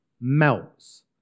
melts